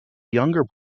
younger